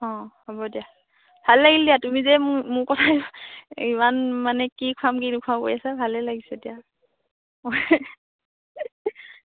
অ' হ'ব দিয়া ভাল লাগিল দিয়া তুমি যে মো মোৰ কথা ইমান মানে কি খুৱাম কি নোখুৱাম কৰি আছা ভালে লাগিছে দিয়া